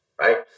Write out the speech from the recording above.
right